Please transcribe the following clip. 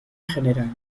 general